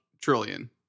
trillion